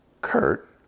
Kurt